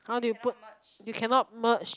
how do you put you cannot merge